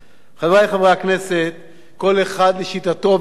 כל אחד לשיטתו, וזה בסדר, ואני מכבד כל דעה.